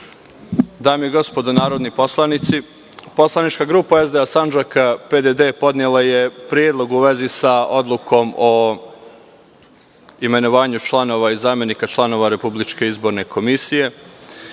i gospodo narodni poslanici, poslanička grupa SDA Sandžak PDD podnela je predlog u vezi sa odlukom o imenovanju članova i zamenika članova Republičke izborne komisije. Naime,